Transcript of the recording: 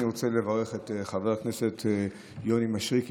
אני רוצה לברך את חבר הכנסת יוני מישרקי,